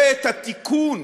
ואת התיקון